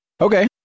Okay